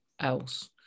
else